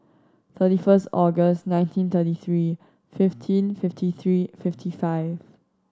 thirty first August nineteen thirty three fifteen fifty three fifty five